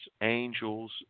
angels